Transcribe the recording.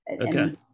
okay